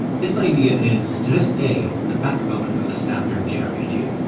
this idea is, to this day, the backbone of the standard jrpg.